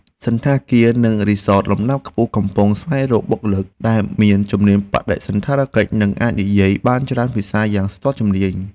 សណ្ឋាគារនិងរីសតលំដាប់ខ្ពស់កំពុងស្វែងរកបុគ្គលិក ដែលមានជំនាញបដិសណ្ឋារកិច្ចនិងអាចនិយាយបានច្រើនភាសាយ៉ាងស្ទាត់ជំនាញ។